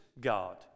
God